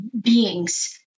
beings